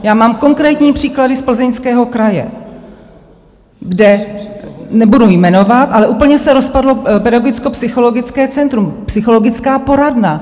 Já mám konkrétní příklady z Plzeňského kraje, kde nebudu jmenovat ale úplně se rozpadlo pedagogickopsychologické centrum, psychologická poradna.